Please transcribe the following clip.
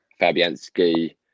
Fabianski